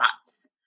thoughts